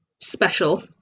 special